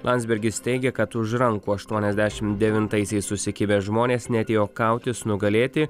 landsbergis teigia kad už rankų aštuoniasdešim devintaisiais susikibę žmonės neatėjo kautis nugalėti